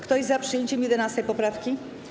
Kto jest za przyjęciem 11. poprawki?